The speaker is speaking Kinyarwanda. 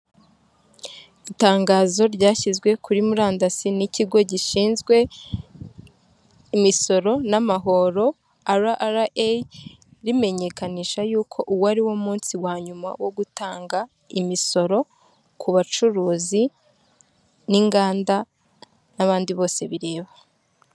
Itangazo ryashyizwe kuri murandasi n'ikigo gishinzwe imisoro n'amahoro RRA, rimenyekanisha yuko uwo ariwo munsi wa nyuma wo gutanga imisoro ku bacuruzi n'inganda n'abandi bose bireba.